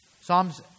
Psalms